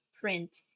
print